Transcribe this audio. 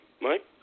Mike